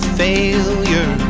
failure